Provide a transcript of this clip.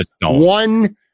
one